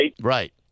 Right